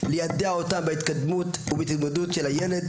ליידע אותם בהתקדמות ובהתמודדות של הילד,